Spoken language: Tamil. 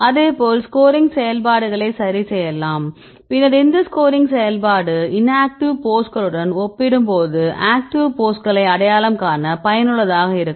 அதேபோல் ஸ்கோரிங் செயல்பாடுகளை சரிசெய்யலாம் பின்னர் இந்த ஸ்கோரிங் செயல்பாடு இன்ஆக்டிவ் போஸ்களுடன் ஒப்பிடும்போது ஆக்டிவ் போஸ்களை அடையாளம் காண பயனுள்ளதாக இருக்கும்